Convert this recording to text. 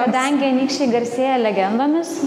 kadangi anykščiai garsėja legendomis